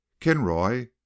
Kinroy